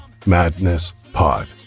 MadnessPod